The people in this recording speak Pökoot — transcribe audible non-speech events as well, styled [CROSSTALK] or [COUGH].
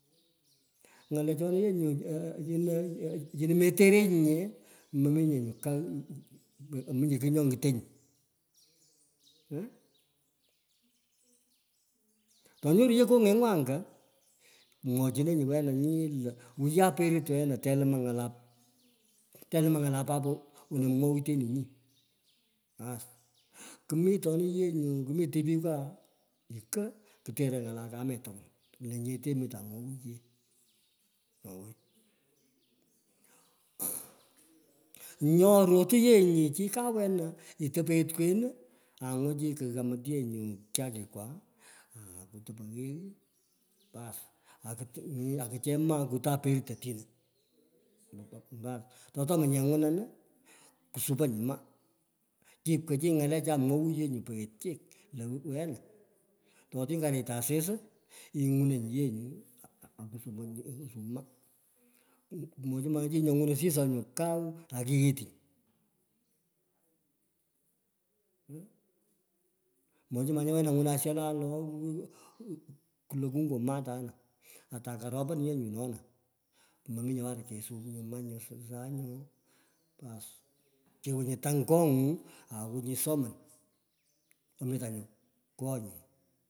Ng'alechena yee nyu [HESITATION] chino merereny. nye, nominy, nyu kagh [HESITATION] mem. nye kigh nye ngiteny, aah town ye kangengu anga mula chino ngelyon teluma, ny'ala pap, telumaa ng'ala popo. wena nyi lo, wiye aperit weng wono mwauteniny: anas, kumitoni ye nyu kumi tipikwa ko, kuiere. ng'ala kamee tuhoul lenyete mitan. Nya, ketu yor nyu ch. Kwen angwon chi yee nyu beamur akuto pegh baas okucheng maa ito peghet ye nyu byakikwa akoto aperit oline. [HESITATION] ato temenye angunian hsupany, maa kipkoching you nyu igaleriai omwounyi peghet totini korayta asis ingluneny. ye nye anu [HESITATION] sup maa mochemanye chi nyo ysisenyu κου ourystungi doh moshemanye wena. Kungo mat ona anglunan shalen lo [HESITATION] kulo kungo mat ana. Ateimaropan ye nyu nona, momingu wonny kesup maa sany nyu, boas kewo chi tang kong'u, awo chi soman, omitan nyu konyu.